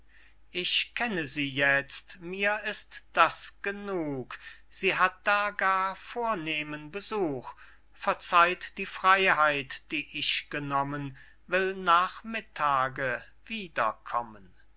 ich kenne sie jetzt mir ist das genug sie hat da gar vornehmen besuch verzeiht die freyheit die ich genommen will nachmittage wieder